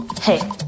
Hey